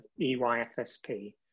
EYFSP